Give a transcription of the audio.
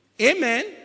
Amen